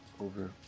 over